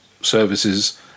services